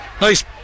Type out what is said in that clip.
Nice